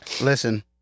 Listen